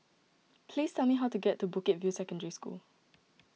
please tell me how to get to Bukit View Secondary School